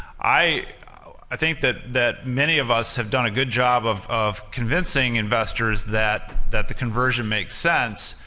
i i think that that many of us have done a good job of of convincing investors that that the conversion makes sense.